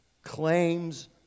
Claims